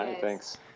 thanks